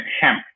hemp